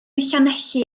llanelli